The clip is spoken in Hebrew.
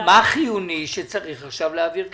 מה חיוני שצריך עכשיו להעביר כסף?